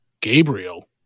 Gabriel